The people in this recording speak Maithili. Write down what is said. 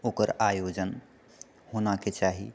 ओकर आयोजन होनाके चाही